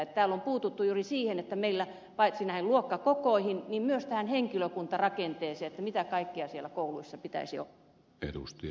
täällä on puututtu juuri siihen että meillä paneuduttaisiin paitsi näihin luokkakokoihin myös henkilökuntarakenteeseen mitä kaikkea siellä kouluissa pitäisi olla